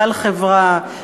בעל חברה,